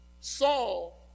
Saul